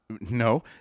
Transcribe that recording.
No